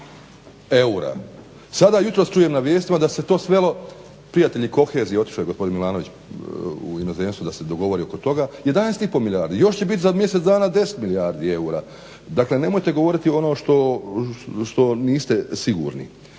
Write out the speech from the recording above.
eura. Sada jutros čujem na vijestima da se to svelo prijatelji kohezije, otišao je gospodin Milanović u inozemstvo da se dogovori oko toga, 11,5 milijardi. Još će biti za mjesec dana 10 milijardi eura. Dakle, nemojte govoriti ono što niste sigurni.